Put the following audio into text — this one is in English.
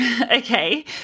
Okay